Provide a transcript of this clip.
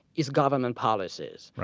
is government policies.